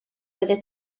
oeddet